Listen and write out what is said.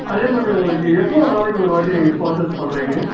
அதே மாதிரி உங்களுக்கு எவ்வளோ நாளைக்கு ஒரு வாட்டி நீங்கள் பேர்ச்சேஸ் பண்றீங்க